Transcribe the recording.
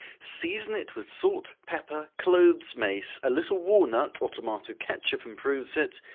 season it with salt, pepper, cloves, mace, a little walnut, or tomato catsup improves it,